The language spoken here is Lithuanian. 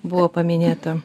buvo paminėta